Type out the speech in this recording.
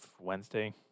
Wednesday